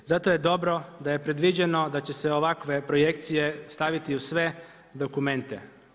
Zato je dobro da je predviđeno da će se ovakve projekcije staviti u sve dokumente.